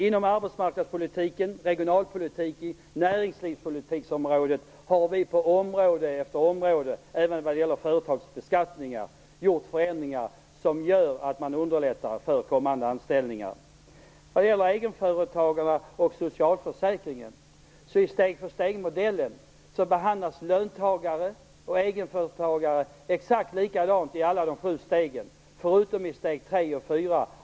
Inom arbetsmarknadspolitiken, regionalpolitiken och näringslivspolitiken har vi på område efter område även vad gäller företagsbeskattning gjort förändringar som underlättar för kommande anställningar. När det gäller egenföretagarna och socialförsäkringen behandlas löntagare och egenföretagare exakt likadant i alla sju stegen i steg-för-steg-modellen, med undantag av steg 3 och steg 4.